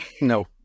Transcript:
no